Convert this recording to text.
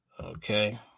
Okay